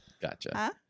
Gotcha